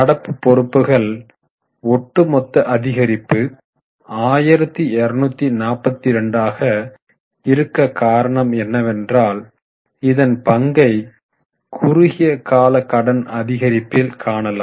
நடப்பு பொறுப்புகள் ஒட்டுமொத்த அதிகரிப்பு 1242 ஆக இருக்க காரணம் என்னவென்றால் இதன் பங்கை குறுகிய கால கடன் அதிகரிப்பில் காணலாம்